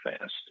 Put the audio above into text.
fast